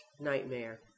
nightmare